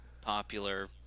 popular